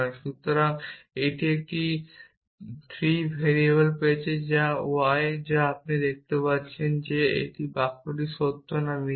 কারণ এটি একটি 3 ভেরিয়েবল পেয়েছে যা y এবং আপনি দেখতে পাচ্ছেন যে এই বাক্যটি সত্য না মিথ্যা